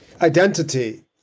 identity